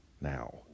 now